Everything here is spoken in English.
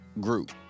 Group